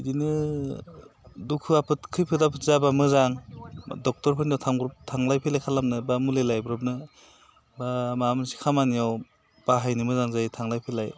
बिदिनो दुखु आफोद खैफोद आफोद जाबा मोजां दक्ट'रफोरनाव थांलाय फैलाय खालामनोबा मुलि लायब्रबनो माबा मोनसे खामानियाव बाहायनो मोजां जायो थांलाय फैलाय